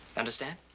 understand?